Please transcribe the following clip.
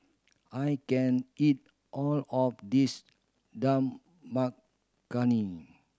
I can't eat all of this Dal Makhani